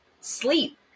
Sleep